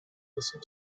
listen